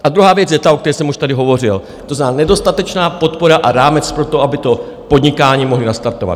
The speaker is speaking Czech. A druhá věc je ta, o které jsem už tady hovořil, to znamená nedostatečná podpora a rámec pro to, aby podnikání mohli nastartovat.